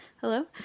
hello